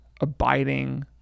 abiding